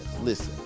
Listen